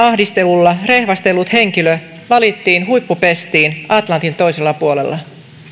ahdistelulla rehvastellut henkilö valittiin huippupestiin atlantin toisella puolella